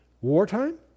wartime